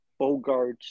Bogarts